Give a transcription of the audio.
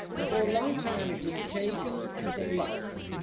and for a long time it was taken as a loss.